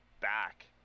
back